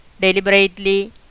deliberately